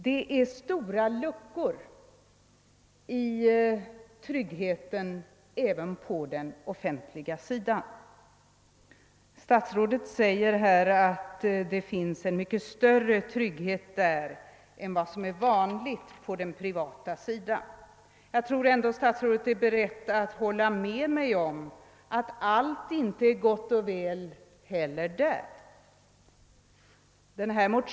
Det finns stora luckor i tryggheten även på den offentliga sidan. Statsrådet anser att det råder en mycket större trygghet i anställ ningen där än vad som är vanligt på den privata sidan, men jag tror att statsrådet är beredd att hålla med mig om att allt inte är gott och väl.